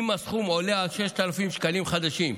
אם הסכום עולה על 6,000 שקלים חדשים.